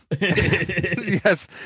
Yes